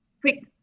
quick